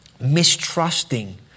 mistrusting